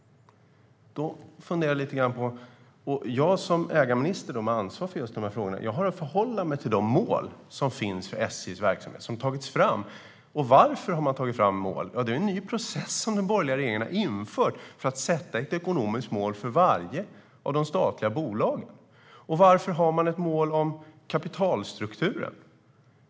Jag funderade lite grann: Jag som ägarminister med ansvar för just de här frågorna har att förhålla mig till de mål som finns för SJ:s verksamhet, som har tagits fram. Varför har man tagit fram mål? Det är en ny process som den borgerliga regeringen har infört för att sätta ett ekonomiskt mål för vart och ett av de statliga bolagen. Varför har man ett mål om kapitalstrukturen?